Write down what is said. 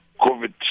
COVID